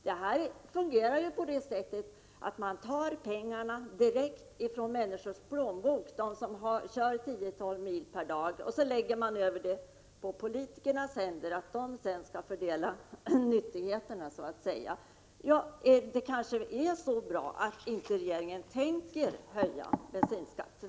Detta fungerar på det sättet att man tar pengarna direkt från människors plånbok, från dem som kör 10—12 mil per dag, och lägger dem i politikernas händer för att de skall så att säga fördela nyttigheterna. Det är kanske så bra att regeringen inte skall höja bensinskatten.